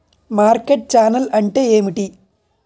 Market channel అంటే ఏమిటి?